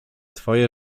twoje